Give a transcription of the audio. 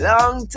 Long